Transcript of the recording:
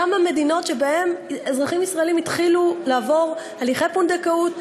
כמה מדינות שבהן אזרחים ישראלים החלו לעבור הליכי פונדקאות,